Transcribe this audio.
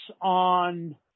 on